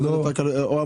יש לה